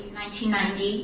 1990